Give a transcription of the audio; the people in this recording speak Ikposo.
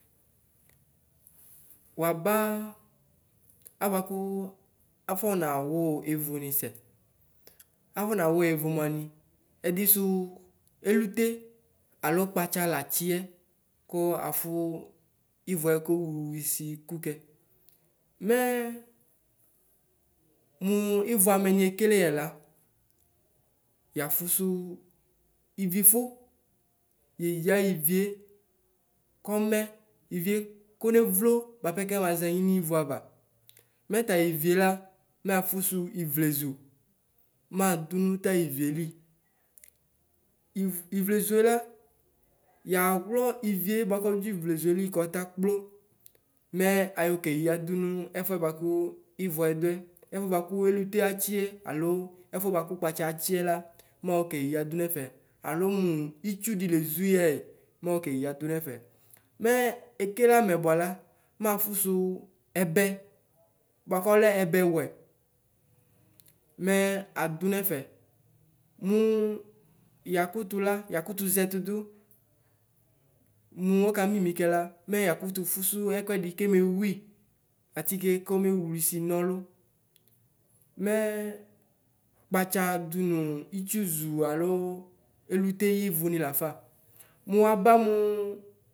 Wuaba abuaku afɔ nawʋ ivʋnisɛ. Afɔ nawʋ awʋmʋanɩ ɛdisɔ alute alo kpatsa katsiyɛ ku afʋ, ivɛ kowlisi kʋkɛ, mɛ mu ivu amɛni ekeleyɛ la, yafusu ivifu yeya ivie kɔmɛ ivie kʋnevlo bapɛ kɛmazɛ nyi nu ivʋava mɛ tayivie la mɛ afusu ivlezu mɛ adʋnʋ tayivieli. Ivlezuela yawlɔ ivie buaku ɔdu tayi ivlezueli kɔta kplɔ mɛ ayɔ keyadunu ɛfuɛ buaku ivʋɛdʋɛ ɛfuɛ buaku elute atsiɛ alo ɛfuɛ buaku kpatsa atsiɛla maoke yadu nu ɛfɛ alo mu itsudɩ lezɩyɛ mokeyadʋ nɛfɛ mɛ ekele amɛ buala nafusu ɛbɛ buaku ɔlɛ ɛbɛwɛ mɛ adunu ɛfɛ mu yakutula yakutu zɛtudu mu ɔka mimi kɛla mɛyakutu fusu ɛkuɛdi keme wui atike kɔmewlisɩ nɔlu mɛ kpatsa adunu itsuzu alo elute ivʋni lafa mu waba mʋ.